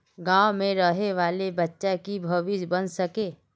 गाँव में रहे वाले बच्चा की भविष्य बन सके?